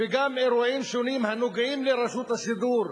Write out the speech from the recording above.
וגם אירועים שונים הנוגעים ברשות השידור.